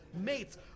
mates